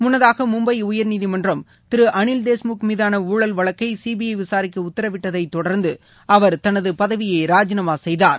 முன்னதாக மும்பை உயர்நீதிமன்றம் திரு அனில் தேஷ்முக் மீதான ஊழல் வழக்கை சிபிற விசாரிக்க உத்தரவிட்டதை தொடர்ந்து அவர் தனது பதவியை ராஜினாமா செய்தார்